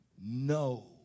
no